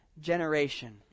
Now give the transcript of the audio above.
generation